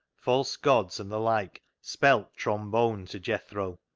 false gods, and the like spelt trombone to jethro,